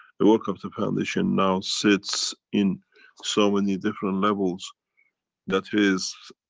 the work of the foundation now sits in so many different levels that is.